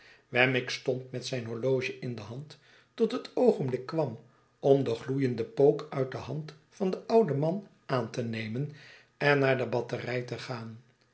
wemmick stond met zijn horloge in de hand tot het oogenblik kwam om den gloeienden pook uit de hand van den ouden man aan te nemen en naar de batterij te gaan